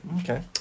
Okay